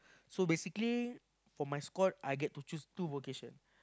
so basically for my squad I get to choose two vocation